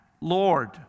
Lord